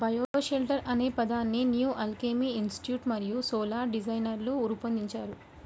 bioshelter అనే పదాన్ని New Alchemy Institute మరియు సోలార్ డిజైనర్లు రూపొందించారు